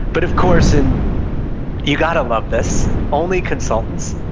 but, of course, and you gotta love this, only consultants,